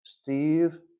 Steve